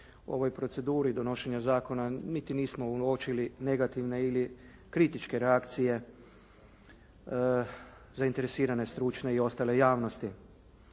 u ovoj proceduri donošenja zakona niti nismo uočili negativne ili kritičke reakcije zainteresirane stručne i ostale javnosti.